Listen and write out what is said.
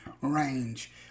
range